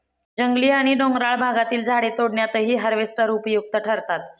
जंगली आणि डोंगराळ भागातील झाडे तोडण्यातही हार्वेस्टर उपयुक्त ठरतात